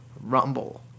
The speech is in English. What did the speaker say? rumble